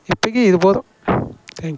இப்போக்கி இது போதும் தேங்க்கியூ